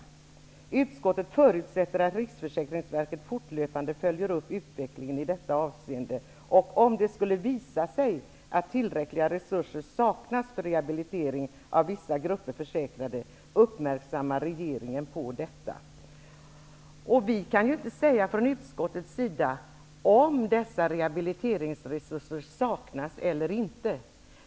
Utskottet förutsätter att Riksförsäkringsverket fortlöpande följer upp utvecklingen i detta avseende och, om det skulle visa sig att tillräckliga resurser saknas för rehabilitering av vissa grupper försäkrade, uppmärksammar regeringen på detta.'' Vi kan inte från utskottets sida säga om dessa rehabiliteringsresurser saknas eller inte.